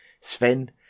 Sven